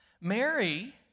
Mary